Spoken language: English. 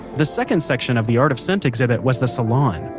the second section of the art of scent exhibit was the salon,